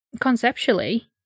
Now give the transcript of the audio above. conceptually